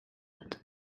bat